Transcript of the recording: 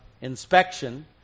inspection